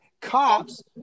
Cops